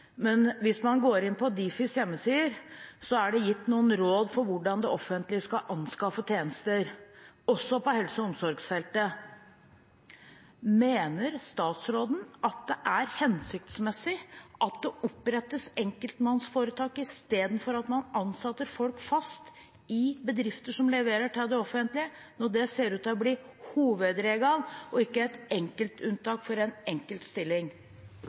men hvis man går inn på Difis hjemmesider, er det gitt noen råd for hvordan det offentlige skal anskaffe tjenester, også på helse- og omsorgsfeltet. Mener statsråden at det er hensiktsmessig at det opprettes enkeltpersonforetak i stedet for at man ansetter folk fast i bedrifter som leverer til det offentlige, når det ser ut til å bli hovedregelen og ikke et enkeltunntak for en enkelt stilling?